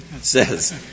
says